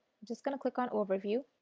just going to click on overview,